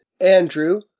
Andrew